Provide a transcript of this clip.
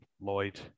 Lloyd